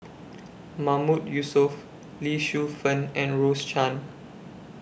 Mahmood Yusof Lee Shu Fen and Rose Chan